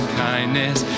kindness